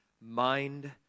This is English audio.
mind